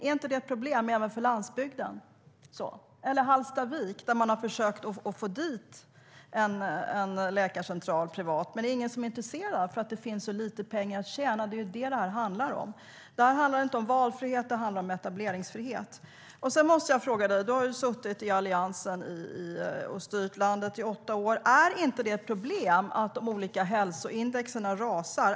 Är inte detta ett problem även för landsbygden? Sedan måste jag fråga dig, som har suttit i Alliansen och styrt landet i åtta år: Är det inte ett problem att de olika hälsoindexen rasar?